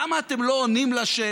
למה אתם לא עונים לשאלה,